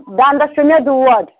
دَنٛدَس چھُ مےٚ دود